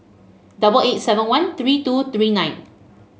double eight seven one three two three nine